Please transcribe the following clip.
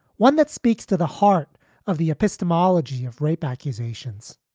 one that speaks to the heart of the epistemology of rape accusations.